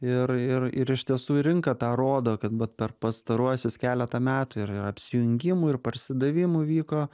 ir ir ir iš tiesų ir rinka tą rodo kad vat per pastaruosius keletą metų ir ir apsijungimų ir parsidavimų vyko